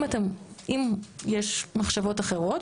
אם יש מחשבות אחרות,